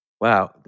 Wow